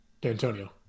D'Antonio